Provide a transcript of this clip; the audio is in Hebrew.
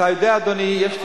אתה יודע, אדוני, יש,